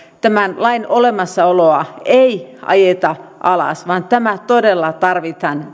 tämän lain olemassaoloa ei ajeta alas vaan tämä laki todella tarvitaan